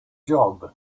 job